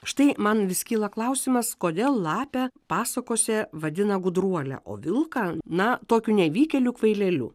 štai man vis kyla klausimas kodėl lapę pasakose vadina gudruole o vilką na tokiu nevykėliu kvaileliu